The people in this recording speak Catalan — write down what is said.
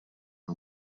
amb